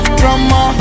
drama